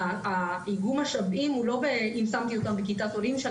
איגום המשאבים הוא לא באם שמתי אותם בכיתת עולים.